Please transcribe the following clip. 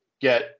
get